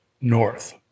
north